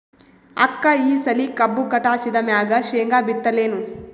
ಅಕ್ಕ ಈ ಸಲಿ ಕಬ್ಬು ಕಟಾಸಿದ್ ಮ್ಯಾಗ, ಶೇಂಗಾ ಬಿತ್ತಲೇನು?